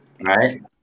right